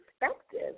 perspective